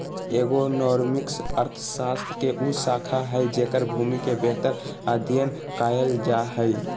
agronomics अर्थशास्त्र के उ शाखा हइ जेकर भूमि के बेहतर अध्यन कायल जा हइ